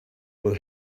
will